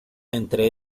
entre